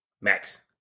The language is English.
Max